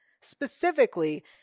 specifically